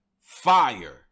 fire